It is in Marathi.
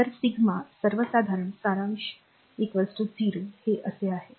तर सिग्मा सर्वसाधारण सारांश 0 हे असे आहे